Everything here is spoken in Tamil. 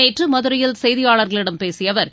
நேற்று மதுரையில் செய்தியாளர்களிடம் பேசிய அவர்